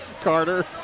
Carter